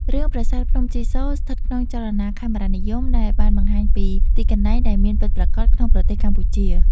រឿង ប្រាសាទភ្នំជីសូរ ស្ថិតក្នុងចលនាខេមរនិយម ដែលបានបង្ហាញពី ទីកន្លែងដែលមានពិតប្រាកដក្នុងប្រទេសកម្ពុជា។